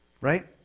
Right